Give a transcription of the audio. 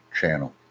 channel